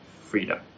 freedom